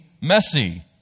messy